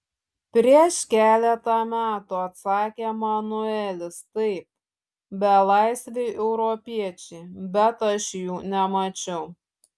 prieš keletą metų atsakė manuelis taip belaisviai europiečiai bet aš jų nemačiau